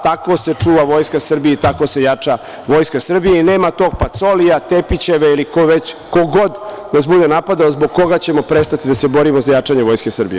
Tako se čuva Vojska Srbije i tako se jača Vojska Srbije i nema tog Pacolija, Tepićeve ili koga već, ko god nas bude napadao zbog koga ćemo prestati da se borimo za jačanje Vojske Srbije.